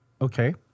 Okay